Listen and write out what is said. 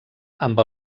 amb